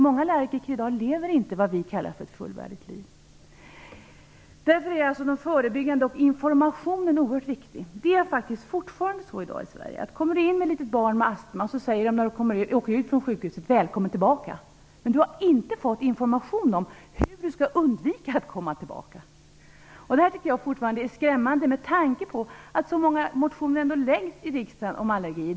Många allergiker lever i dag inte vad vi kallar ett fullvärdigt liv. Förebyggande åtgärder och information är oerhört viktigt. Det är faktiskt fortfarande så i Sverige i dag att om man kommer till sjukhuset med ett litet barn med astma säger de "Välkommen tillbaka!" när man lämnar sjukhuset. Däremot har man inte fått information om hur man skall kunna undvika att komma tillbaka. Jag tycker att det är skrämmande, med tanke på att så många motioner om allergier ändå läggs fram i riksdagen.